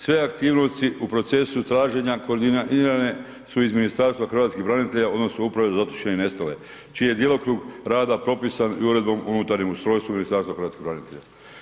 Sve aktivnosti u procesu traženja koordinirane su iz Ministarstva hrvatskih branitelja odnosno Uprave za zatočene i nestale čiji je djelokrug rada propisan i Uredbom o unutarnjem ustrojstvu Ministarstva hrvatskih branitelja.